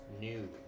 new